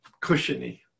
cushiony